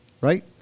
right